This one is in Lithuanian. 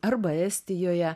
arba estijoje